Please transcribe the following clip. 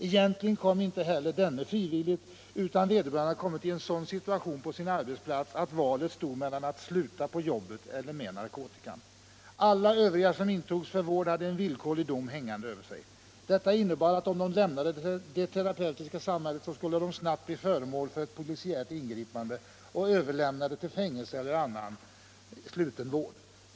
Egentligen kom inte heller denne frivilligt, utan vederbörande hade hamnat i en sådan situation på sin arbetsplats att valet stod mellan att sluta på jobbet eller sluta med narkotikan. Alla övriga som intogs för vård hade en villkorlig dom hängande över sig. Detta innebar att om de lämnade det terapeutiska samhället så skulle de snabbt bli föremål för polisiärt ingripande och satta i fängelse eller överlämnade till annan sluten vård.